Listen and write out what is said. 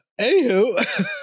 Anywho